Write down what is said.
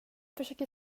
försöker